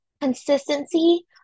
Consistency